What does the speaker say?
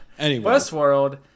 Westworld